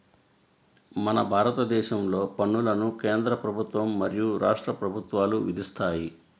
మన భారతదేశంలో పన్నులను కేంద్ర ప్రభుత్వం మరియు రాష్ట్ర ప్రభుత్వాలు విధిస్తాయి